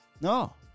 No